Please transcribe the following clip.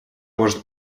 может